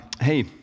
hey